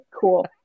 Cool